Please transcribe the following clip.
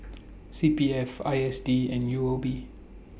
C P F I S D and U O B